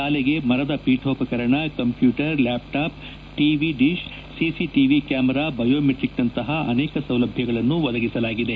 ಶಾಲೆಗೆ ಮರದ ಪೀಠೋಪಕರಣ computer laptop TV dish CCTV camera biometric ನಂತಹ ಅನೇಕ ಸೌಲಭ್ಯಗಳನ್ನು ಒದಗಿಸಲಾಗಿದೆ